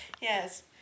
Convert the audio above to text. Yes